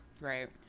Right